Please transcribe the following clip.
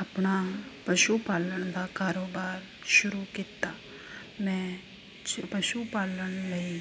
ਆਪਣਾ ਪਸ਼ੂ ਪਾਲਣ ਦਾ ਕਾਰੋਬਾਰ ਸ਼ੁਰੂ ਕੀਤਾ ਮੈਂ ਸ਼ ਪਸ਼ੂ ਪਾਲਣ ਲਈ